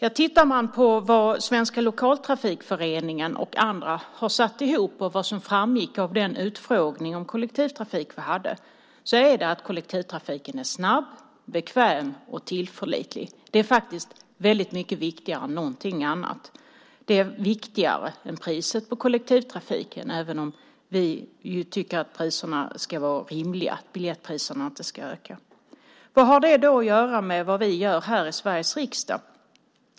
Enligt vad Svenska Lokaltrafikföreningen och andra har satt ihop och enligt vad som framgick av vår utfrågning om kollektivtrafik är kollektivtrafiken snabb, bekväm och tillförlitlig. Det är väldigt mycket viktigare än någonting annat. Det är viktigare än priset på kollektivtrafiken, även om vi tycker att biljettpriserna ska vara rimliga och inte ska öka. Vad har det då att göra med vad vi gör här i Sveriges riksdag?